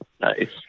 Nice